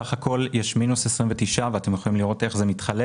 סך הכול יש מינוס 29 ואתם יכולים לראות איך זה מתחלק